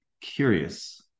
curious